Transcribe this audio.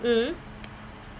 mmhmm